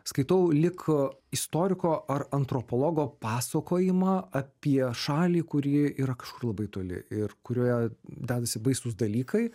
skaitau lik istoriko ar antropologo pasakojimą apie šalį kurie yra kažkur labai toli ir kurioje dedasi baisūs dalykai